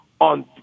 on